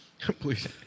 Please